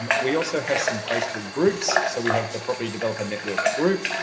but we also have some facebook groups. so we have the property development network group.